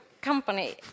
company